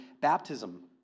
baptism